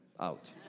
out